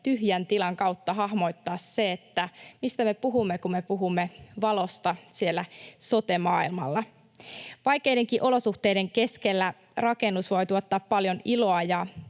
tyhjän tilan kautta hahmottaa se, mistä me puhumme, kun me puhumme valosta siellä sote-maailmassa. Vaikeidenkin olosuhteiden keskellä rakennus voi tuottaa paljon iloa,